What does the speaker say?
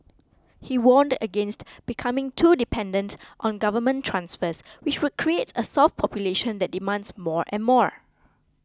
he warned against becoming too dependent on government transfers which would create a soft population that demands more and more